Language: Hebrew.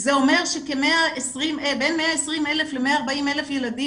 זה אומר שבין 120,000 ל-140,000 ילדים